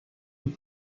were